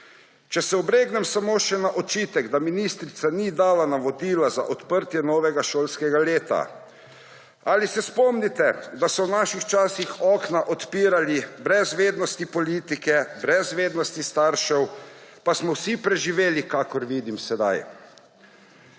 Če se obregnem samo še ob očitek, da ministrica ni dala navodila za odprtje novega šolskega leta. Ali se spomnite, da so v naših časih okna odpirali brez vednosti politike, brez vednosti staršev, pa smo vsi preživeli, kakor vidim sedaj.